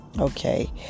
Okay